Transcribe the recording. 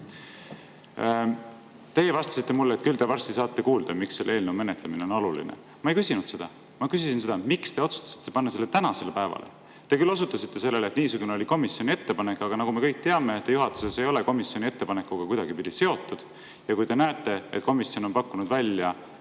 Teie vastasite mulle, et küll te varsti saate kuulda, miks selle eelnõu menetlemine on oluline. Ma ei küsinud seda. Ma küsisin seda, miks te otsustasite panna selle tänasele päevale. Te küll osutasite sellele, et niisugune oli komisjoni ettepanek, aga nagu me kõik teame, te juhatuses ei ole komisjoni ettepanekuga kuidagipidi seotud, ja kui te näete, et komisjon on pakkunud välja